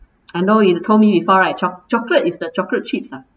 I know you told me before right cho~ chocolate is the chocolate chips ah